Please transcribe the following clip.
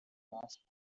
asked